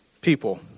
people